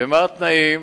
מה התנאים